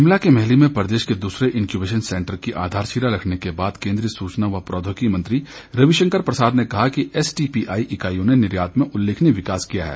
शिमला के मैहली में प्रदेश के दूसरे इंक्यूबेशन सेंटर की आधारशिला रखने के बाद केंद्रीय सूचना व प्रौद्योगिकी मंत्री रवि शंकर प्रसाद ने कहा कि एसटीपीआई इकाईयों ने निर्यात में उल्लेखनीय विकास किया है